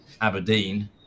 Aberdeen